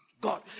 God